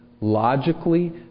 logically